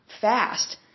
fast